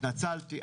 התנצלתי,